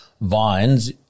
vines